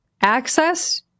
access